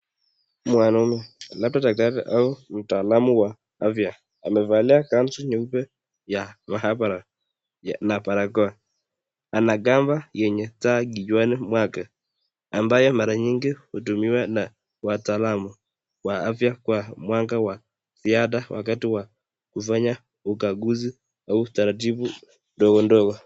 Mwanaume labda daktari au mtaalamu wa afya. Amevalia kansu nyeupe ya mahabara na barakoa. Ana kamba lenye taa kichwani mwake ambaye mara nyingi hutmiwa na wataalamu wa afya kwa mwanga wa ziada wakati wa kufanya ugaguzi au taratibu ndogo ndogo.